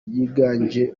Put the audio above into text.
yiganje